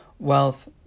wealth